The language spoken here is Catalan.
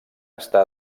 està